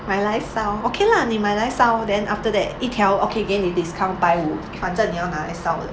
买来烧 okay lah 你买来烧 then after that 一条 okay 给你 discount 百五反正你买来烧的